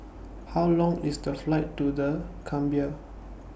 How Long IS The Flight to The Gambia